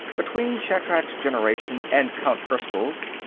between shatrak's generation and count erskyll's,